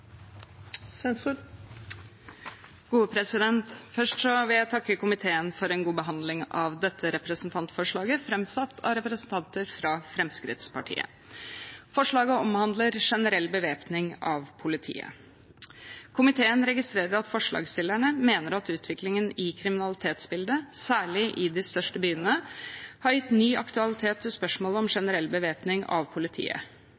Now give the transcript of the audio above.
en taletid på inntil 3 minutter. Først vil jeg takke komiteen for en god behandling av dette representantforslaget, framsatt av representanter fra Fremskrittspartiet. Forslaget omhandler generell bevæpning av politiet. Komiteen registrerer at forslagsstillerne mener at utviklingen i kriminalitetsbildet, særlig i de største byene, har gitt ny aktualitet til spørsmålet om generell bevæpning av politiet.